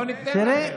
לא ניתן לכם.